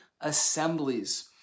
assemblies